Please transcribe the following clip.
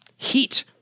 Heat